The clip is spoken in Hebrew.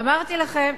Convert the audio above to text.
אמרתי לכם,